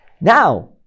Now